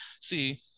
see